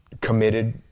committed